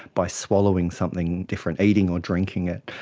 by swallowing something different, eating or drinking it,